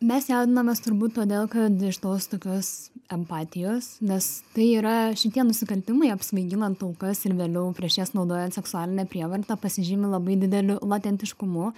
mes jaudinamės turbūt todėl kad iš tos tokios empatijos nes tai yra šitie nusikaltimai apsvaiginant aukas ir vėliau prieš jas naudojant seksualinę prievartą pasižymi labai dideliu latentiškumu